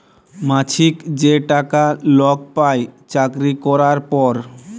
মাছিক যে টাকা লক পায় চাকরি ক্যরার পর